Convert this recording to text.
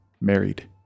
married